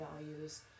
values